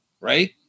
Right